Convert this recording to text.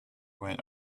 went